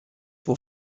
for